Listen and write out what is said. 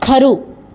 ખરું